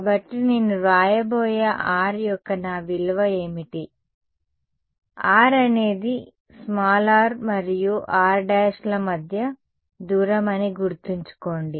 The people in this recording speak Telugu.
కాబట్టి నేను వ్రాయబోయే R యొక్క నా విలువ ఏమిటి కాబట్టి R అనేది r మరియు rల మధ్య దూరం అని గుర్తుంచుకోండి